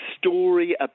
story